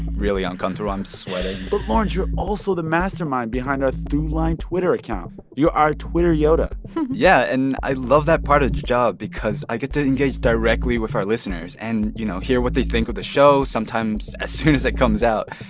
really uncomfortable. i'm sweating but, lawrence, you're also the mastermind behind our throughline twitter account. you're our twitter yoda yeah. and i love that part of the job because i get to engage directly with our listeners and, you know, hear what they think of the show, sometimes as soon as it comes out.